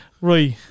Right